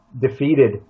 defeated